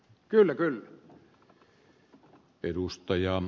kyllä kyllä